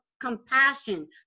compassion